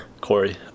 Corey